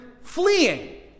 fleeing